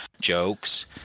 jokes